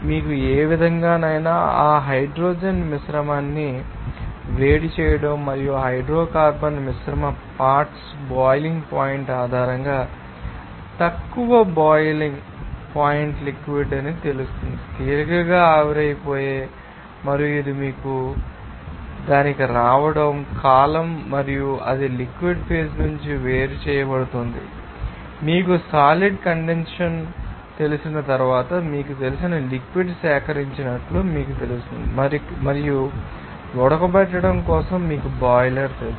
మీకు ఏ విధంగానైనా ఆ హైడ్రోకార్బన్ మిశ్రమాన్ని వేడి చేయడం మరియు ఆ హైడ్రోకార్బన్ మిశ్రమ పార్ట్శ్ బొయిలింగ్ పాయింట్ ఆధారంగా తక్కువ బొయిలింగ్ పాయింట్ లిక్విడ్ తెలుస్తుందని మీకు తెలుసు తేలికగా ఆవిరైపోతుంది మరియు అది మీకు తెలుస్తుంది దానికి రావడం కాలమ్ మరియు అది ఆ లిక్విడ్ ఫేజ్ నుండి వేరు చేయబడుతుంది మరియు మీకు సాలిడ్ కండెన్సషన్ తెలిసిన తర్వాత మీకు తెలిసిన లిక్విడ్ సేకరించినట్లు మీకు తెలుస్తుంది మరియు ఉడకబెట్టడం కోసం మీకు బాయిలర్ తెలుసు